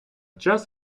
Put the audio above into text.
час